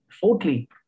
Fourthly